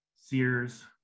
Sears